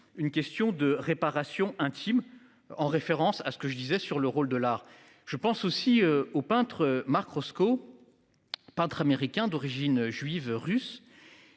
une question de réparation intime, en référence à ce que je disais sur le rôle de l'art. Je pense aussi au peintre Marc Roscoe. Peintre américain d'origine juive russe